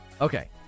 Okay